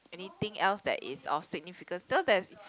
anything else that is of significance you know there's